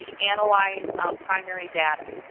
analyze primary data.